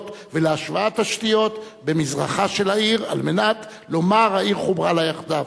ולהשוואת תשתיות במזרחה של העיר על מנת לומר: העיר חוברה לה יחדיו.